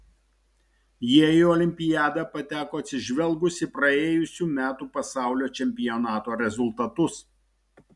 jie į olimpiadą pateko atsižvelgus į praėjusių metų pasaulio čempionato rezultatus